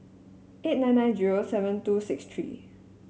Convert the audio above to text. eight nine nine zero seven two six three